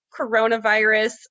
coronavirus